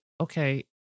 okay